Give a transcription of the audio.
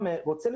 היושב-ראש.